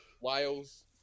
Wales